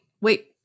wait